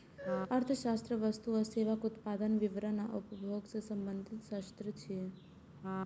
अर्थशास्त्र वस्तु आ सेवाक उत्पादन, वितरण आ उपभोग सं संबंधित शास्त्र छियै